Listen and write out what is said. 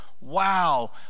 Wow